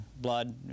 blood